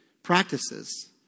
practices